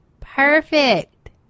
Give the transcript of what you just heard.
perfect